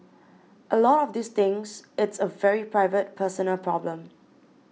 a lot of these things it's a very private personal problem